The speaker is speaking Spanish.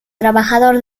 trabajador